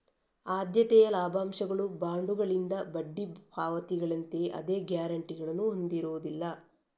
ಆದ್ಯತೆಯ ಲಾಭಾಂಶಗಳು ಬಾಂಡುಗಳಿಂದ ಬಡ್ಡಿ ಪಾವತಿಗಳಂತೆಯೇ ಅದೇ ಗ್ಯಾರಂಟಿಗಳನ್ನು ಹೊಂದಿರುವುದಿಲ್ಲ